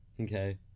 Okay